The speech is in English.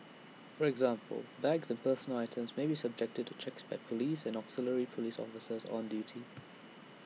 for example bags and personal items may be subjected to checks by Police and auxiliary Police officers on duty